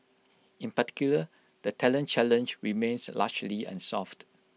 in particular the talent challenge remains largely unsolved